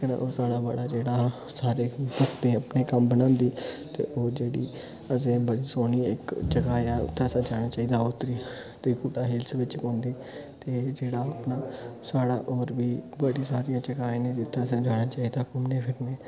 ते ओह् साढ़ा बड़ा जेह्ड़ा हा सारे अपने कम्म बनांदी ते ओह् जेह्ड़ी असें बड़ी सोह्नी इक जगहा ऐ उत्थें असें जाना चाहिदा ओह् तेर त्रिकुटा हिल्स बिच्च पौंदी ते जेह्ड़ा अपना साढ़ा होर बी बड़ी सारियां जगह् हैन जित्थें असें जाना चाहिदा घूमने फिरने गी